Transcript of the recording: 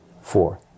Four